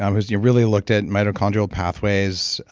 um who's you know really looked at mitochondrial pathways,